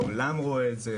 העולם רואה את זה,